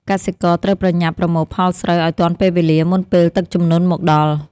កសិករត្រូវប្រញាប់ប្រមូលផលស្រូវឱ្យទាន់ពេលវេលាមុនពេលទឹកជំនន់មកដល់។